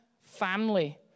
family